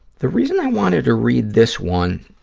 the reason i wanted to read this one